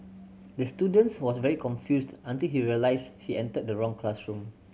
the student was very confused until he realised he entered the wrong classroom